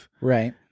Right